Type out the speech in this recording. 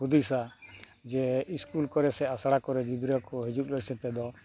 ᱦᱩᱫᱤᱥᱟ ᱡᱮ ᱠᱚᱨᱮ ᱥᱮ ᱟᱥᱲᱟ ᱠᱚᱨᱮ ᱜᱤᱫᱽᱨᱟᱹ ᱠᱚ ᱦᱤᱡᱩᱜ ᱞᱟᱥᱟᱲ ᱛᱮᱫᱚ